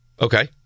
okay